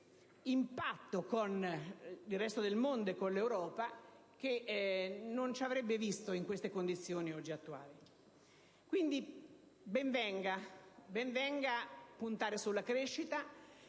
impatto con il resto del mondo e con l'Europa che oggi non ci avrebbe visto nelle condizioni attuali. Quindi, ben venga puntare sulla crescita,